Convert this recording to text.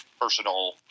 personal